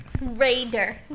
Raider